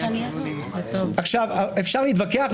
אפשר להתווכח,